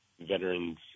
Veterans